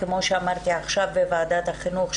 כמו שאמרתי עכשיו בוועדת החינוך,